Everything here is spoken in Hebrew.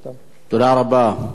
מה השר מציע?